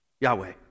Yahweh